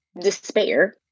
despair